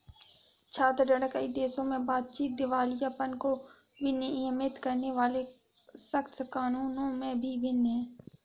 छात्र ऋण, कई देशों में बातचीत, दिवालियापन को विनियमित करने वाले सख्त कानूनों में भी भिन्न है